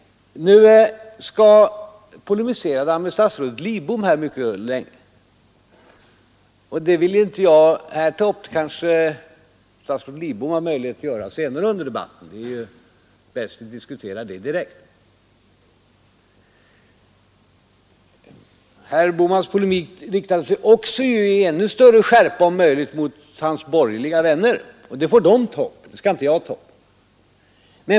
Då polemiserade han mot statsrådet Lidbom mycket länge, men detta vill jag inte ta upp här — kanske statsrådet Lidbom har möjlighet att göra det senare under debatten; det är väl bäst att de båda diskuterar det direkt. Herr Bohmans polemik riktade sig också, och med om möjligt ännu större skärpa, mot hans borgerliga vänner, men det får dessa ta upp — inte jag.